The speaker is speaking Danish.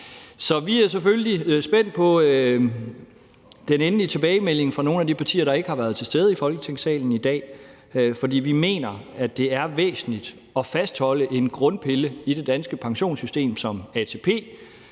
vi er selvfølgelig spændt på den endelige tilbagemelding fra nogle af de partier, der ikke har været til stede i Folketingssalen i dag, for vi mener, at det er væsentligt at fastholde en grundpille som ATP i det danske pensionssystem, men